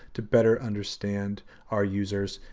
to better understand our users,